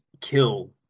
kill